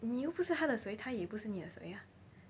你又不是他的谁他也不是你的谁